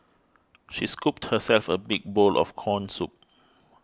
she scooped herself a big bowl of Corn Soup